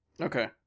Okay